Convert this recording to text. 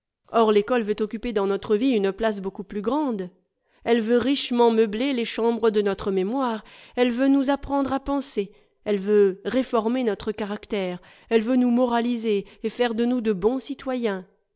or l'ecole veut occuper dans notre vie une place beaucoup plus grande elle veut richement meubler les chambres de notre mémoire elle veut nous apprendre à penser elle veut réformer notre caractère elle veut nous moraliser et faire de nous de bons citoyens